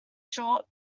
short